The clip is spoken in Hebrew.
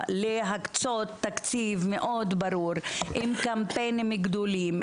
להקצות תקציב מאוד ברור עם קמפיינים גדולים,